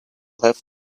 have